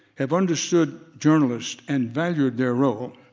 have understood journalists and valued their role.